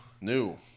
new